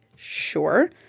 sure